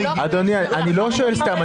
אני לא שואל סתם,